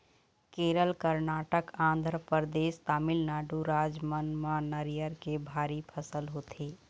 केरल, करनाटक, आंध्रपरदेस, तमिलनाडु राज मन म नरियर के भारी फसल होथे